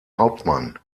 hauptmann